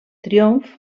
triomf